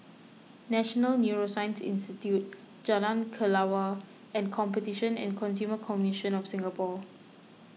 National Neuroscience Institute Jalan Kelawar and Competition and Consumer Commission of Singapore